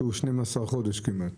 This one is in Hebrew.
שהוא 12 חודשים כמעט.